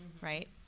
right